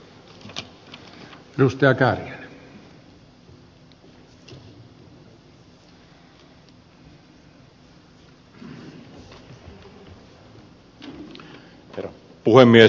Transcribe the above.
herra puhemies